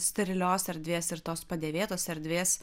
sterilios erdvės ir tos padėvėtos erdvės